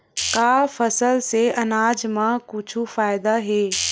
का फसल से आनाज मा कुछु फ़ायदा हे?